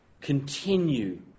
Continue